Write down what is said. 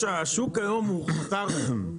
השוק שאתה מכיר היום הוא חסר משמעות.